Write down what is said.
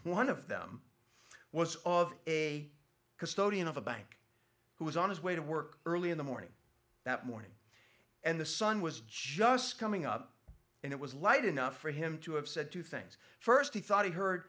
one of them was of a custodian of a bank who was on his way to work early in the morning that morning and the sun was just coming up and it was light enough for him to have said two things first he thought he